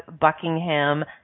Buckingham